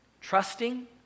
trusting